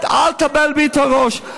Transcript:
אל תבלבל לי בראש.